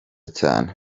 cyane